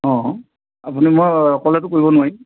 অঁ আপুনি মই অকলেতো কৰিব নোৱাৰিম